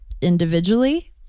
individually